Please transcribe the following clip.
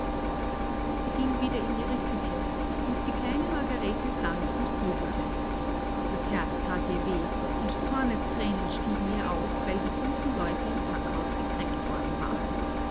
sie ging wieder in ihre küche und die kleine margarete sann und grübelte das herz that ihr weh und zornesthränen stiegen ihr auf weil die guten leute im packhaus gekränkt worden waren